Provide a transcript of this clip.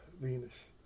Venus